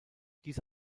diese